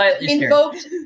invoked